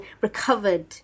recovered